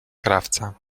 krawca